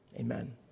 Amen